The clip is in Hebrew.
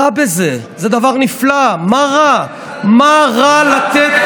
(חבר הכנסת יואב בן צור יוצא מאולם המליאה.) ראש הממשלה נפתלי בנט: